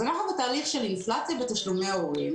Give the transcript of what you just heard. אז אנחנו בתהליך של אינפלציה בתשלומי ההורים,